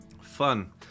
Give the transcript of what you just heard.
Fun